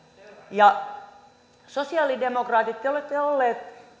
ja sosialidemokraatit te olette olleet